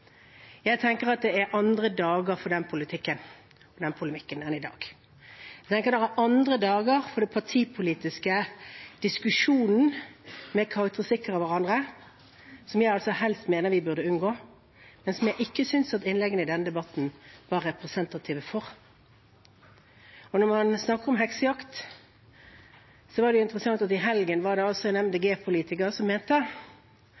Jeg tenker at det er andre dager for den polemikken enn i dag. Det kan være andre dager for den partipolitiske diskusjonen, med karakteristikker av hverandre som jeg mener vi helst burde unngå, men som jeg ikke synes at innleggene i denne debatten var representative for. Og når man snakker om heksejakt, er det interessant at i helgen var det en MDG-politiker som mente at man burde gjeninnføre heksebrenningen, med henvisning til Sylvi Listhaug. Det